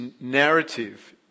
narrative